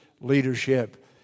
leadership